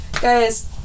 Guys